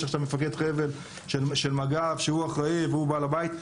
עכשיו מפקד חבל של מג"ב שהוא אחראי והוא בעל הבית.